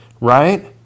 Right